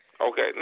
Okay